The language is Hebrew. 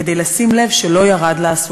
כדי לשים לב שלא ירד לה הסוכר.